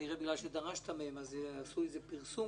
כנראה בגלל שדרשת מהם אז עשו איזה פרסום